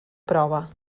prova